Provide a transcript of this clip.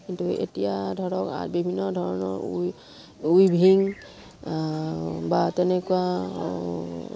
কিন্তু এতিয়া ধৰক বিভিন্ন ধৰণৰ উইভিং বা তেনেকুৱা